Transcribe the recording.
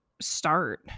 start